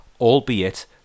albeit